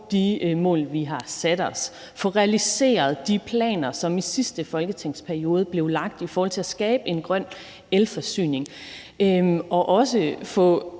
de mål, vi har sat os, og få realiseret de planer, som i sidste folketingsperiode blev lagt, i forhold til at skabe en grøn elforsyning og også få